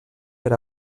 per